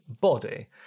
body